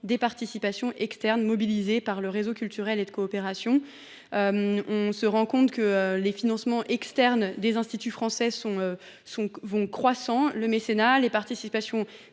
des participations externes mobilisées par le réseau culturel et de coopération. On se rend compte que les financements externes des instituts français vont croissant. Or le mécénat, les participations